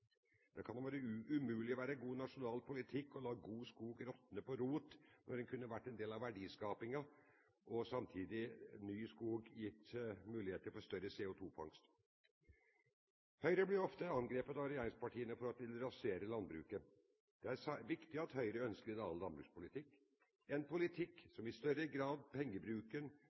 Det kan da umulig være god nasjonalpolitikk å la god skog råtne på rot når den kunne vært en del av verdiskapingen og ny skog samtidig kunne gitt mulighet for større CO2-fangst. Høyre blir ofte angrepet av regjeringspartiene for at vi vil rasere landbruket. Det er riktig at Høyre ønsker en annen landbrukspolitikk, en politikk hvor pengebruken i større grad